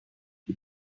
can